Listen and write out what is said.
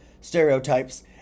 stereotypes